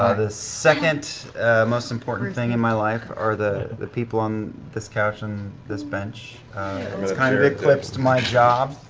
ah the second most important thing in my life are the the people on this couch and this bench. it's kind of eclipsed my job,